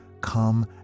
come